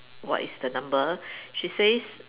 what is the number she says